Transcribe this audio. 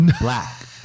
black